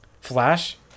flash